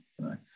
right